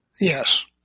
Yes